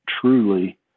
truly